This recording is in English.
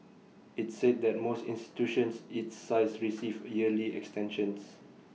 IT said that most institutions its size receive yearly extensions